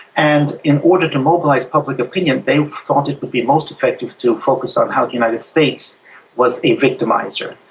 and in order to mobilise public opinion they thought it would be most effective to focus on how the united states was a victimiser.